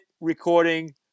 recording